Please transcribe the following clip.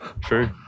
True